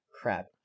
Crap